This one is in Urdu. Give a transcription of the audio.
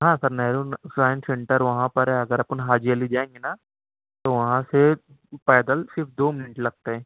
ہاں سر نہرو سائنس سینٹر وہاں پر ہے اگر اپن حاجی علی جائیں گے نا تو وہاں سے پیدل صرف دو منٹ لگتے ہیں